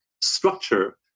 structure